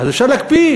אז אפשר להקפיא.